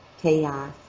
chaos